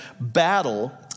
battle